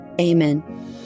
amen